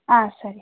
ಆಂ ಸರಿ